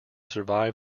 survive